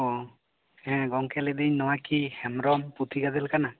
ᱚ ᱦᱮᱸ ᱜᱚᱢᱠᱮ ᱞᱟᱹᱭᱮᱫᱟᱹᱧ ᱱᱚᱣᱟ ᱠᱤ ᱦᱮᱢᱵᱨᱚᱢ ᱯᱩᱛᱷᱤ ᱜᱟᱫᱮᱞ ᱠᱟᱱᱟ